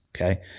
Okay